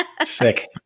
Sick